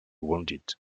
wounded